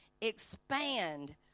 expand